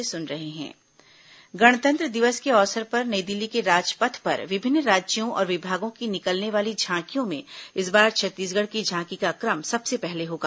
गणतंत्र दिवस झांकी गणतंत्र दिवस के अवसर पर नई दिल्ली के राजपथ पर विभिन्न राज्यों और विभागों की निकलने वाली झांकियों में इस बार छत्तीसगढ़ की झांकी का क्रम सबसे पहले होगा